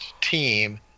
team